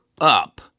up